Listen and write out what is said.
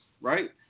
right